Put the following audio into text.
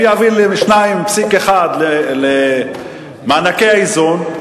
אם יעבירו 2.1 למענקי האיזון,